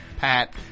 Pat